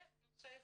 זה נושא אחד.